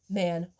man